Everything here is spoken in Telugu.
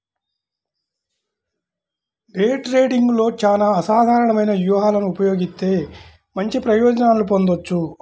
డే ట్రేడింగ్లో చానా అసాధారణమైన వ్యూహాలను ఉపయోగిత్తే మంచి ప్రయోజనాలను పొందొచ్చు